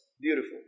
Beautiful